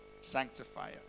sanctifier